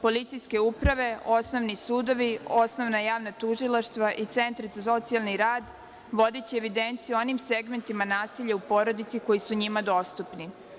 Policijske uprave, osnovni sudovi, osnovna javna tužilaštva i centri za socijalni rad vodiće evidenciju o onim segmentima nasilja u porodici koji su njima dostupni.